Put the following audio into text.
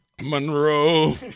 Monroe